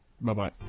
Bye-bye